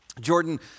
Jordan